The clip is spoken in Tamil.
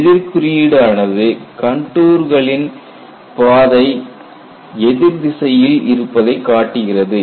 எதிர்க் குறியீடு ஆனது கண்டூ ரின் பாதை எதிர் திசையில் இருப்பதை காட்டுகிறது